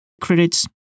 Credits